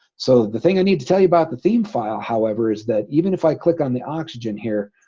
so the thing i need to tell you about the theme file. however, is that even if i click on the oxygen here?